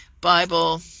Bible